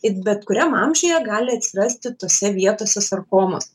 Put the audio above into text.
it bet kuriam amžiuje gali atsirasti tose vietose sarkomos